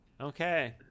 Okay